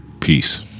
peace